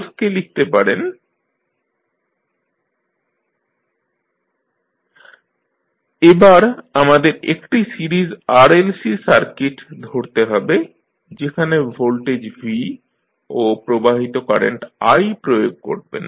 ফোর্সকে লিখতে পারেন FMd2xdt2BdxdtKx এবার আমাদের একটি সিরিজ RLC সার্কিট ধরতে হবে যেখানে ভোল্টেজ V ও প্রবাহিত কারেন্ট i প্রয়োগ করবেন